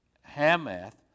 Hamath